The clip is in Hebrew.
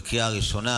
בקריאה ראשונה.